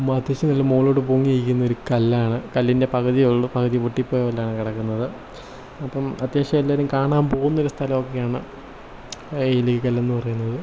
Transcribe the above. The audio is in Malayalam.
അത്യാവശ്യം നല്ല മുകളിലോട്ട് പൊങ്ങി നിൽക്കുന്ന ഒരു കല്ലാണ് കല്ലിൻ്റെ പകുതിയേ ഉള്ളൂ പകുതി പൊട്ടിപ്പോയ കല്ലാണ് കിടക്കുന്നത് അപ്പം അത്യാവശ്യം എല്ലാവരും കാണാൻ പോകുന്നൊരു സ്ഥലമൊക്കെയാണ് ഇല്ലിക്കല്ലെന്ന് പറയുന്നത്